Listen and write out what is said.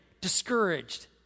discouraged